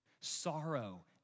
sorrow